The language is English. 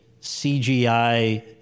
CGI